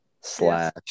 slash